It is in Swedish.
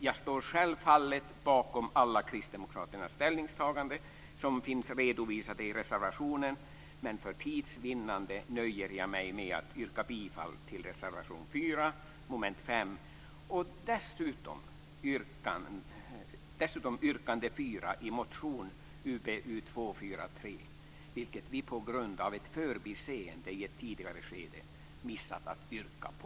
Jag står självfallet bakom alla kristdemokraternas ställningstaganden som finns redovisade i reservationerna, men för tids vinnande nöjer jag mig med att yrka bifall till reservation nr 4 vid mom. 5 och dessutom till yrkande 4 i motion Ub243, vilket vi på grund av ett förbiseende i ett tidigare skede missat att yrka på.